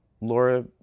Laura